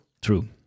True